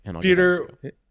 Peter